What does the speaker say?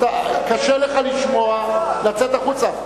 קשה לך לשמוע, לצאת החוצה.